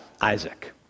Isaac